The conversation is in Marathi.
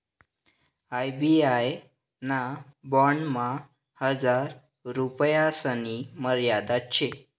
आर.बी.आय ना बॉन्डमा हजार रुपयासनी मर्यादा शे